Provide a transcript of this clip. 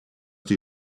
die